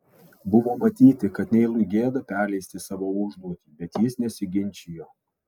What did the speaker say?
buvo matyti kad neilui gėda perleisti savo užduotį bet jis nesiginčijo